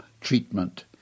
treatment